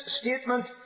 statement